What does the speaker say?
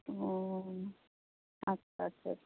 ᱚᱻ ᱟᱪᱪᱷᱟ ᱟᱪᱪᱷᱟ ᱟᱪᱪᱷᱟ